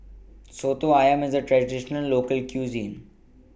Soto Ayam IS A Traditional Local Cuisine